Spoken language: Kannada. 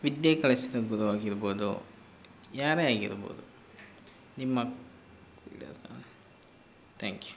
ವಿದ್ಯೆ ಕಲಿಸಿದ ಗುರು ಆಗಿರ್ಬೋದು ಯಾರೇ ಆಗಿರ್ಬೋದು ನಿಮ್ಮ ಥ್ಯಾಂಕ್ ಯು